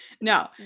no